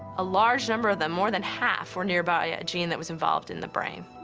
a large number of them, more than half, were nearby a gene that was involved in the brain.